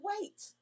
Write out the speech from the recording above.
wait